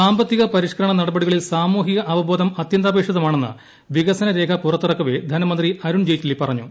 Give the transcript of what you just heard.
സാമ്പത്തിക പരിഷ്ക്കരണ നടപടികളിൽ സാമൂഹിക അവബോധം അത്യന്താപേക്ഷിതമാണമെന്ന് വികസന രേഖ പുറത്തിറക്കവേ ധനമന്ത്രി അരുൺ ജെയ്റ്റ്ലി പറഞ്ഞു